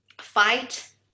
fight